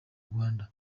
rwanda